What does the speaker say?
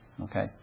Okay